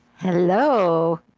hello